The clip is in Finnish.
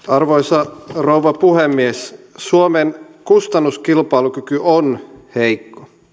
arvoisa rouva puhemies suomen kustannuskilpailukyky on heikko